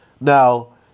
Now